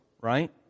Right